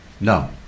No